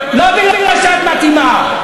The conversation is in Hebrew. לא מפני שאת מתאימה.